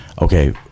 okay